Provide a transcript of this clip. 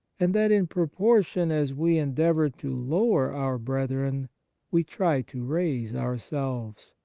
and that in proportion as we endeavour to lower our brethren we try to raise ourselves.